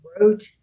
wrote